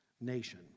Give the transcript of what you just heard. nation